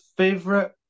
Favorite